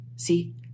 See